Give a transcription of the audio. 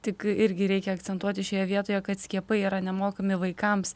tik irgi reikia akcentuoti šioje vietoje kad skiepai yra nemokami vaikams